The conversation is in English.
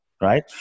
right